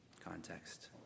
context